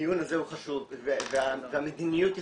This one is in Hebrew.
הדיון הזה הוא חשוב והמדיניות חשובה.